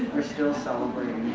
we're still celebrating.